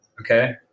okay